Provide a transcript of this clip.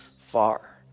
far